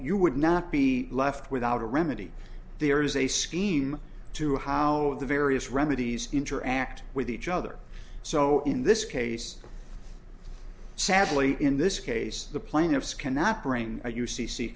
you would not be left without a remedy there is a scheme to how the various remedies interact with each other so in this case sadly in this case the plaintiffs cannot bring